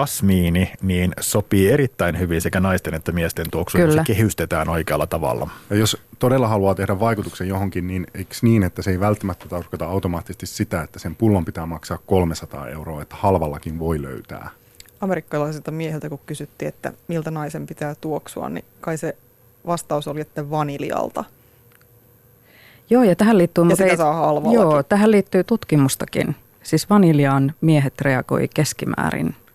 Jasmiini, niin sopii erittäin hyvin sekä naisten että miesten tuoksuun, kun se Kyllä. kehystetään oikealla tavalla. Ja jos todella haluaa tehdä vaikutuksen johonkin, niin eiks niin, että se ei välttämättä tarkoita automaattisesti sitä, että sen pullon pitää maksaa 300 euroa, että halvallakin voi löytää? Amerikkalaisilta miehiltä, kun kysyttiin, että miltä naisen pitää tuoksua, niin kai se vastaus oli, että vaniljalta. Joo, ja tähän liittyy Ja muuten- sitä saa halvallakin. joo, tähän liittyy tutkimustakin. Siis vaniljaan miehet reagoi keskimäärin